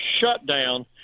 shutdown